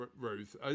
Ruth